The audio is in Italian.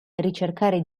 ricercare